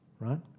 right